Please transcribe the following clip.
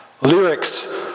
lyrics